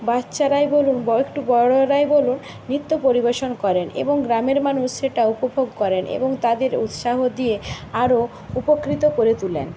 বাচ্চারাই বলুন বা একটু বড়রাই বলুন নৃত্য পরিবেশন করেন এবং গ্রামের মানুষ সেটা উপভোগ করেন এবং তাদের উৎসাহ দিয়ে আরও উপকৃত করে তোলেন